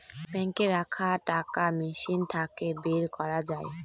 বাঙ্কে রাখা টাকা মেশিন থাকে বের করা যায়